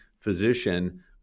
physician